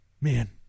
Man